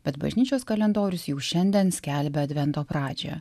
bet bažnyčios kalendorius jau šiandien skelbia advento pradžią